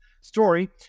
story